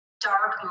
Dark